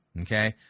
okay